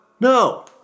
No